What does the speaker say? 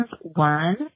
One